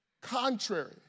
contrary